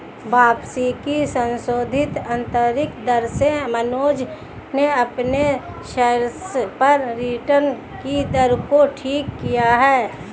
वापसी की संशोधित आंतरिक दर से मनोज ने अपने शेयर्स पर रिटर्न कि दर को ठीक किया है